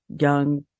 young